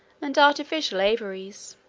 and artificial aviaries.